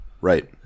Right